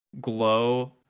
glow